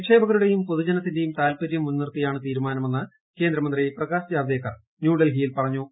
നിക്ഷേപകരുടെയും പ്പു പൊതുജനത്തിന്റെയും താല്പര്യം മുൻനിർത്തിയാണ് തീരുമാന്ദ്രിമിന്ന് കേന്ദ്രമന്ത്രി പ്രകാശ് ജാവ്ദേക്കർ ന്യൂഡൽഹിയിൽ പറഞ്ഞു്